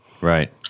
Right